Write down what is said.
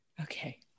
okay